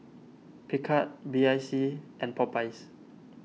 Picard B I C and Popeyes